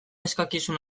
eskakizun